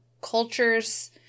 cultures